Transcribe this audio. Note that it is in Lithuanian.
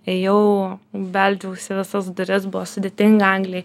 ėjau beldžiaus į visas duris buvo sudėtinga anglijoj